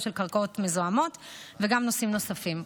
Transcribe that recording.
של קרקעות מזוהמות וגם נושאים נוספים.